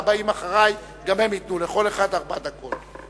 גם הבאים אחרי ייתנו לכל אחד ארבע דקות.